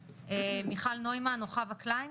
מיכל נוימן או חווה קליין?